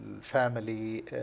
family